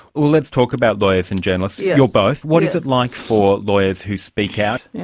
let's talk about lawyers and journalists. yeah you're both. what is it like for lawyers who speak out? yeah